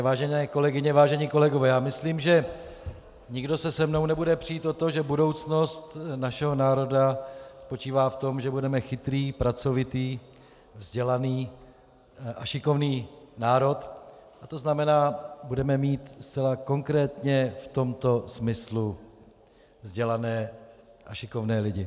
Vážené kolegyně, vážení kolegové, myslím, že nikdo se se mnou nebude přít o to, že budoucnost našeho národa spočívá v tom, že budeme chytrý, pracovitý, vzdělaný a šikovný národ, to znamená budeme mít zcela konkrétně v tomto smyslu vzdělané a šikovné lidi.